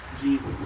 Jesus